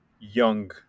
young